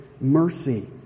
mercy